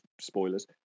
spoilers